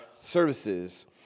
services